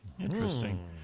interesting